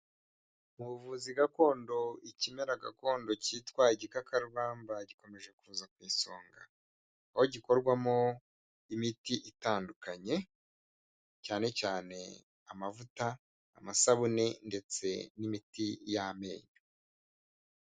Mu buvuzi gakondo, ikimera gakondo cyitwa igikakarubamba gikomeje kuza ku isonga, aho gikorwamo imiti itandukanye, cyane cyane amavuta, amasabune, ndetse n'imiti y'amenyo.